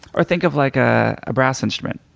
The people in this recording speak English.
or think of like a ah brass instrument.